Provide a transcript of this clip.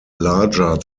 larger